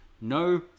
no